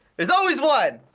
there's always one!